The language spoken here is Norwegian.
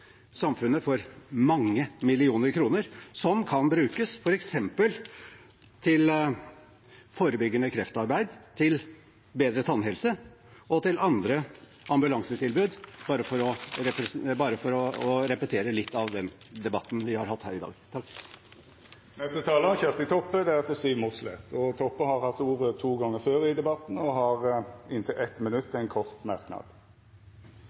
samfunnet for mange millioner kroner, som kan brukes f.eks. til forebyggende kreftarbeid, til bedre tannhelse og til andre ambulansetilbud – bare for å repetere litt av den debatten vi har hatt her i dag. Representanten Kjersti Toppe har hatt ordet to gonger før og får ordet til ein kort merknad, avgrensa til 1 minutt. Eg får høyra at eg er dyr i drift og